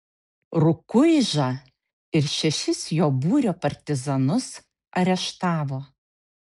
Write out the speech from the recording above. rukuižą ir šešis jo būrio partizanus areštavo